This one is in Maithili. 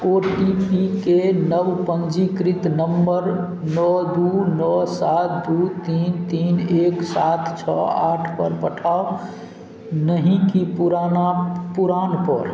ओ टी पी के नव पञ्जीकृत नम्बर नओ दू नओ सात दू तीन तीन एक सात छओ आठपर पठाउ नही की पुराना पुरानपर